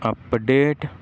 update